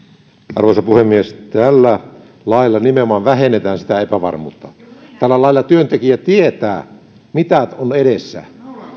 arvoisa puhemies tällä lailla nimenomaan vähennetään sitä epävarmuutta tällä lailla työntekijä tietää mitä on edessä